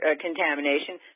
contamination